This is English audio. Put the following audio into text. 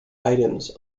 items